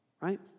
right